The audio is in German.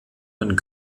den